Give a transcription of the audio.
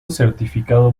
certificado